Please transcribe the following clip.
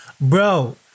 bro